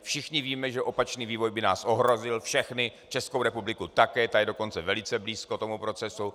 Všichni víme, že opačný vývoj by nás ohrozil všechny, Českou republiku také, ta je dokonce velice blízko tomu procesu.